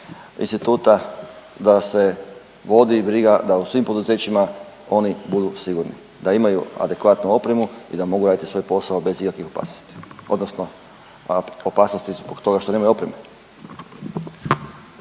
instituta da se vodi briga da u svim poduzećima oni budu sigurni, da imaju adekvatnu opremu i da mogu raditi svoj posao bez ikakve opasnosti odnosno opasnosti zbog toga što nemaju opremu.